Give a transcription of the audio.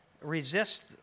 resist